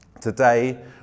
today